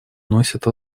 носит